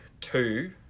two